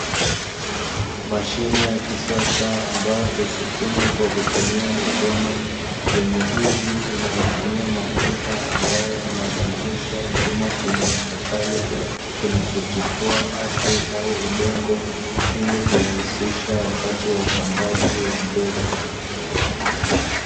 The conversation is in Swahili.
Mashine ya kisasa ambayo husukumwa kwa kutumia mikono, yenye injini inayotumia mafuta ambayo inazungusha chuma chenye ncha Kali, kinachotifua ardhi au udongo ili kurahisisha kazi wakati wa upandaji wa mbegu.